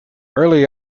early